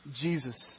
Jesus